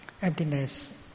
Emptiness